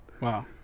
Wow